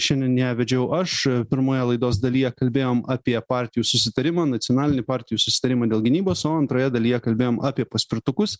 šiandien ją vedžiau aš pirmoje laidos dalyje kalbėjom apie partijų susitarimą nacionalinį partijų susitarimą dėl gynybos o antroje dalyje kalbėjom apie paspirtukus